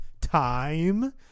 time